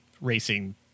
racing